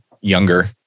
younger